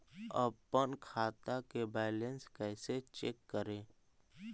अपन खाता के बैलेंस कैसे चेक करे?